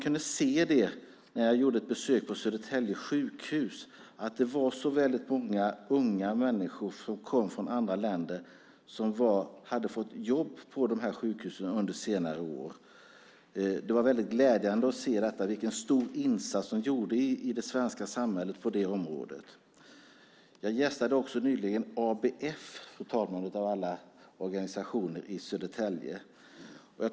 När jag gjorde ett besök på Södertälje sjukhus kunde jag se att många unga människor som kommer från andra länder under senare år fått jobb på sjukhuset. Det var mycket glädjande att se vilken stor insats de gör i det svenska samhället på det området. Jag gästade, fru talman, nyligen även ABF av alla organisationer i Södertälje.